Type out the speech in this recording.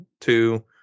two